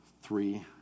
Three